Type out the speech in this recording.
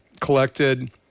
collected